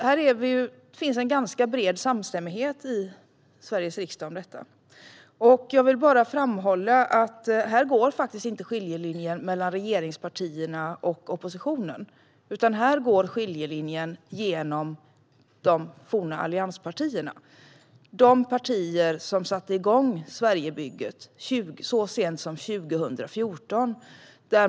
Det finns en ganska bred samstämmighet i Sveriges riksdag om detta. Jag vill framhålla att här går inte skiljelinjen mellan regeringspartierna och oppositionen, utan den går genom de forna allianspartierna, de partier som satte igång Sverigebygget så sent som 2014.